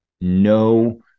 no